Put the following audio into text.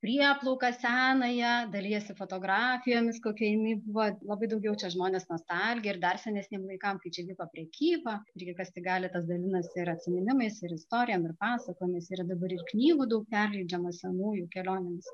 prieplauką senąją dalijasi fotografijomis kokia jinai vat labai daugiau čia žmonės nostalgiją ir dar senesniem laikam kai čia vyko prekyba irgi kas tik gali tas dalinasi ir atsiminimais ir istorijom ir pasakojimais ir dabar ir knygų daug perleidžiamos senųjų kelionėms